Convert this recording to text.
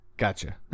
Gotcha